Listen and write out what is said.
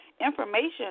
information